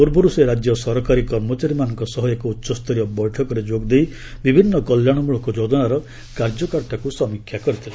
ପୂର୍ବରୁ ସେ ରାଜ୍ୟ ସରକାରୀ କର୍ମଚାରୀମାନଙ୍କ ସହ ଏକ ଉଚ୍ଚସ୍ତରୀୟ ବୈଠକରେ ଯୋଗଦେଇ ବିଭିନ୍ନ କଲ୍ୟାଶମଳକ ଯୋଜନାର କାର୍ଯ୍ୟକାରିତାକୁ ସମୀକ୍ଷା କରିଥିଲେ